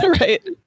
Right